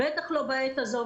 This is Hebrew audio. בטח לא בעת הזו,